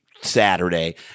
Saturday